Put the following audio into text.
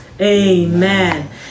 Amen